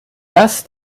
dass